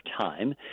time